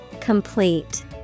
Complete